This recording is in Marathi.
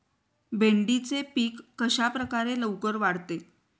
भेंडीचे पीक कशाप्रकारे लवकर वाढते?